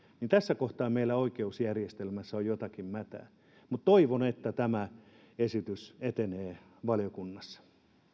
niin tässä kohtaa meillä oikeusjärjestelmässä on jotakin mätää mutta toivon että tämä esitys etenee valiokunnassa